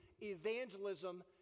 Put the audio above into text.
evangelism